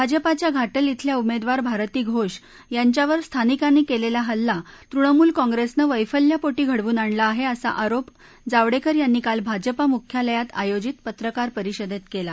भाजपाच्या घाटल खिल्या उमेदवार भारती घोष यांच्यावर स्थानिकांनी केलेला हल्ला तृणमूल काँग्रिसनं वैफल्यापोटी घडवून आणला आहे असा आरोप जावडेकर यांनी काल भाजपा मुख्यालयात आयोजित पत्रकार परिषदेत केला